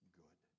good